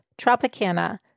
Tropicana